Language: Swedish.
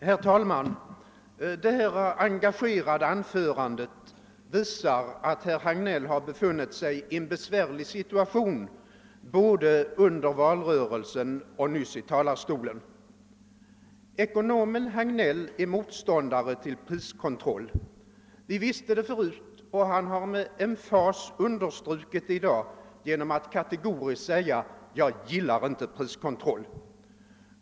Herr talman! Herr Hagnells engagerade anförande visar att han befunnit sig i en besvärlig situation både under valrörelsen och nyss i talarstolen. Ekonomen Hagnell är motståndare till priskontroll. Vi visste det förut, och han har med emfas understrukit det i dag genom att kategoriskt säga: Jag gillar inte priskontroll.